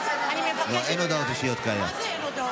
אין הודעות אישיות כרגע.